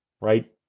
right